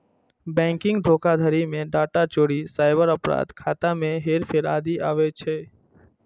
banking धोखाधड़ी मे data चोरी, साइबर अपराध, खाता मे हेरफेर आदि आबै छै